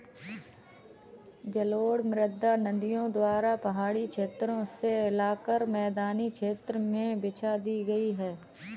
जलोढ़ मृदा नदियों द्वारा पहाड़ी क्षेत्रो से लाकर मैदानी क्षेत्र में बिछा दी गयी है